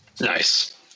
Nice